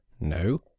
no